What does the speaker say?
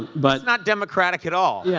but not democratic at all. yeah